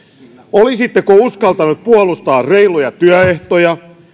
olisitteko uskaltanut puolustaa reiluja työehtoja